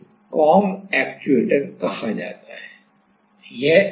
यह हम अपने पुल इन फिनोमिना से जानते हैं